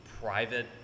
private